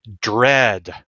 dread